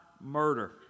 murder